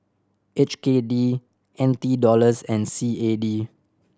H K D N T Dollars and C A D